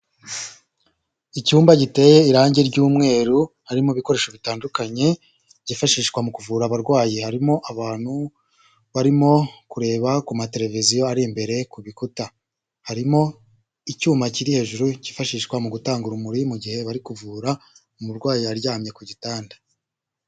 Icyumba giteye irangi ry'umweru, harimo ibikoresho bitandukanye byifashishwa mu kuvura abarwayi, harimo abantu barimo kureba ku matereviziyo ari imbere ku bikuta. Harimo icyuma kiri hejuru cyifashishwa mu gutanga urumuri mu gihe bari kuvura umurwayi aryamye ku gitanda.